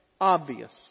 obvious